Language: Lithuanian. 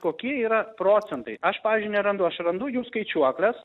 kokie yra procentai aš pavyzdžiui nerandu aš randu jų skaičiuokles